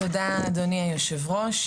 תודה אדוני היו"ר,